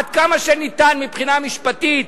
עד כמה שניתן מבחינה משפטית,